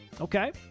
Okay